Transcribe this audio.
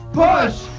push